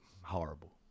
horrible